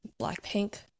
Blackpink